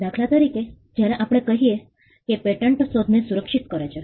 દાખલા તરીકે જ્યારે આપણે કહીએ કે પેટન્ટ શોધને સુરક્ષિત કરે છે